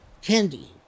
candy